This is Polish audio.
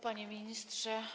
Panie Ministrze!